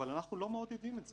אבל אנחנו לא מעודדים את זה.